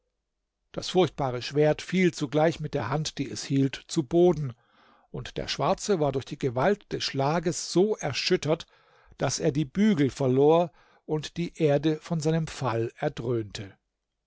das furchtbare schwert fiel zugleich mit der hand die es hielt zu boden und der schwarze war durch die gewalt des schlages so erschüttert daß er die bügel verlor und die erde von seinem fall erdröhnte